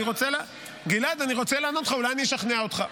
אני רוצה לענות לך, אולי אני אשכנע אותך?